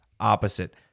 opposite